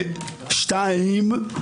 שתיים,